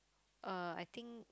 uh I think